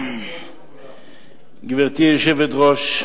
גברתי היושבת-ראש,